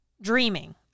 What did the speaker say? dreaming